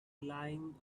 lying